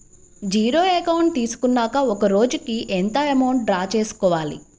Zero account తీసుకున్నాక ఒక రోజుకి ఎంత అమౌంట్ డ్రా చేసుకోవాలి?